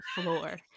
floor